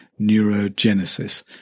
neurogenesis